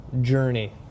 journey